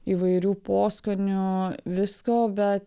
įvairių poskonių visko bet